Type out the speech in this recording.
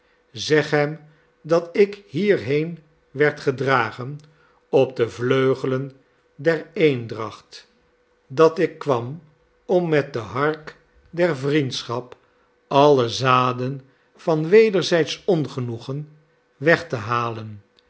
zeg hem dat ik hierheen werd gedragen op de vleugelen der eendracht dat ik kwam om met de hark der vriendschap alle zaden van wederzijdsch ongenoegen weg tehalen